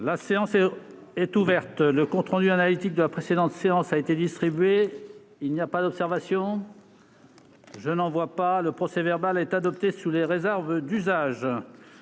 La séance est ouverte. Le compte rendu analytique de la précédente séance a été distribué. Il n'y a pas d'observation ?... Le procès-verbal est adopté sous les réserves d'usage.